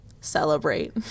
celebrate